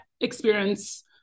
experience